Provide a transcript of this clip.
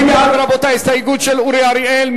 מי בעד, רבותי, ההסתייגות של אורי אריאל?